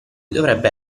dovrebbe